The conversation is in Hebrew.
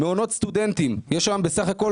מעונות סטודנטים יש היום בסך הכול